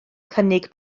cynnig